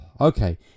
Okay